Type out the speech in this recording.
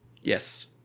yes